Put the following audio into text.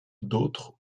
d’autres